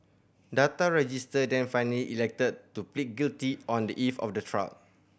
Data Register then finally elected to plead guilty on the eve of the trial